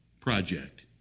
project